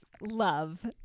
Love